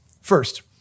First